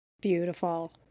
Beautiful